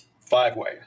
five-way